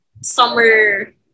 summer